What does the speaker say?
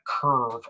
curve